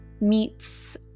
meets